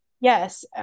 Yes